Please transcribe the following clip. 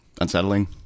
unsettling